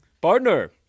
Partner